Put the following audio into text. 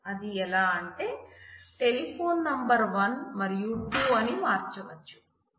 అది ఎలా అంటే టెలిఫోన్ నంబర్ 1 మరియు 2 అని మార్చవచ్చు